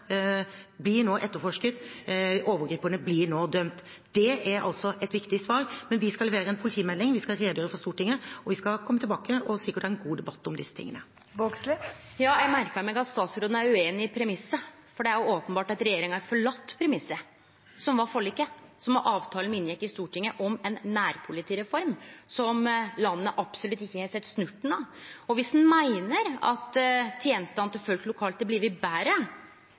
blir nå etterforsket og overgriperne blir nå dømt. Det er et viktig svar. Men vi skal levere en politimelding, vi skal redegjøre for Stortinget, og vi skal komme tilbake og sikkert ha en god debatt om disse tingene. Lene Vågslid – til oppfølgingsspørsmål. Eg merkar meg at statsråden er ueinig i premissen, for det er openbert at regjeringa har forlate premissen, som var forliket, som var avtala me inngjekk i Stortinget om ei nærpolitireform, og som landet absolutt ikkje har sett snurten av. Dersom ein meiner at tenestene til folk lokalt